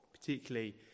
particularly